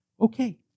Okay